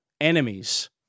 enemies